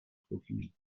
profil